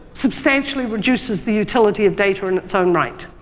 substantially reduces the utility of data in its own right,